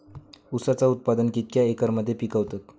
ऊसाचा उत्पादन कितक्या एकर मध्ये पिकवतत?